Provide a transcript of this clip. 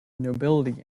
nobility